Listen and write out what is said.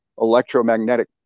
electromagnetic